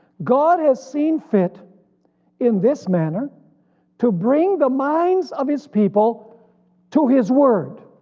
god has seen fit in this manner to bring the minds of his people to his word,